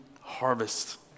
harvest